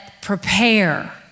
prepare